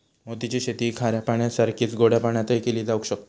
मोती ची शेती खाऱ्या पाण्यासारखीच गोड्या पाण्यातय केली जावक शकता